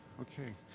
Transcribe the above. okay.